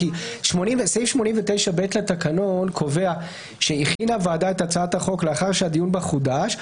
כי סעיף 89(ב) לתקנון קובע שהכינה ועדת הצעת החוק לאחר שהדיון בה חודש,